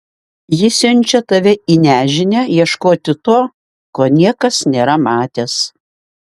ji siunčia tave į nežinią ieškoti to ko niekas nėra matęs